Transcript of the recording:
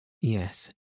Yes